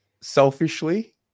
Selfishly